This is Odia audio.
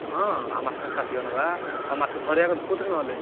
ହଁ ଆଉ ମାଛ ଖାଦ୍ୟ ନେବା ଆଉ ମାଛ ଧରିଆ କେଉଁଥିରେ ନହେଲେ